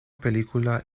película